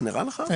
זה נראה לך?